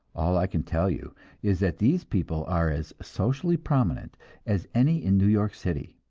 all i can tell you is that these people are as socially prominent as any in new york city.